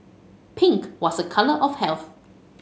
pink was a colour of health